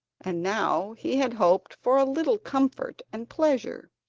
and now he had hoped for a little comfort and pleasure.